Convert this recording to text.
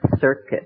circuit